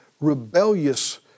rebellious